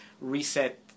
reset